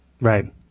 Right